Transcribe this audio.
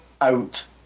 Out